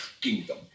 kingdom